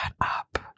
up